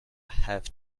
have